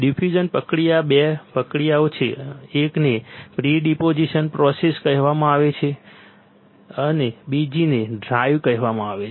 diffusion પ્રક્રિયામાં 2 પ્રક્રિયાઓ છે એકને પ્રિ ડીપોઝીશન પ્રોસેસ કહેવામાં આવે છે બીજીને ડ્રાઇવ કહેવામાં આવે છે